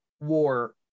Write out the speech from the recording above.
War